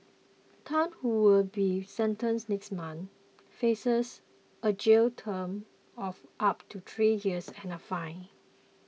Tan who will be sentenced next month faces a jail term of up to three years and a fine